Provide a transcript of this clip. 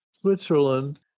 Switzerland